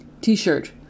T-shirt